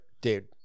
dude